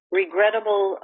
regrettable